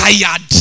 tired